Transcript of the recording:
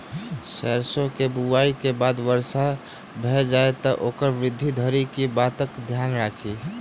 सैरसो केँ बुआई केँ बाद वर्षा भऽ जाय तऽ ओकर वृद्धि धरि की बातक ध्यान राखि?